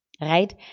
Right